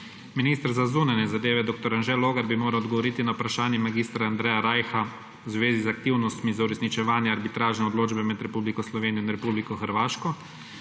Minister za zunanje zadeve dr. Anže Logar bi moral odgovoriti na vprašanje mag. Andreja Rajha v zvezi z aktivnostmi za uresničevanje arbitražne odločbe med Republiko Slovenijo in Republiko Hrvaško